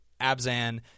Abzan